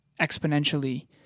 exponentially